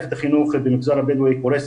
מערכת החינוך במגזר הבדואי קורסת.